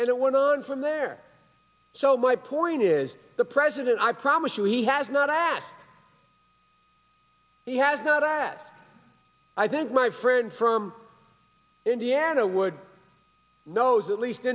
and it went on from there so my point is the president i promise you he has not that he has not as i think my friend from indiana would knows at least